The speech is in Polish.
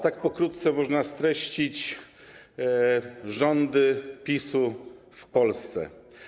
Tak pokrótce można streścić rządy PiS-u w Polsce.